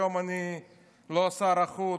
היום אני לא שר החוץ,